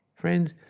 Friends